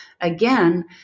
again